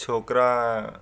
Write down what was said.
छोकिरा